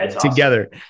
together